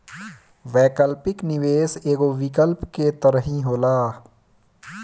वैकल्पिक निवेश एगो विकल्प के तरही होला